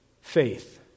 Faith